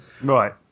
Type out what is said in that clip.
Right